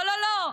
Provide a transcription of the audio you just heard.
לא לא לא.